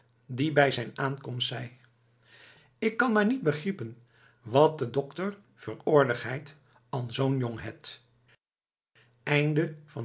die bij zijn aankomst zei k kan maar niet begriepen wat de dokter veur oarigheid an zoo'n jong hêt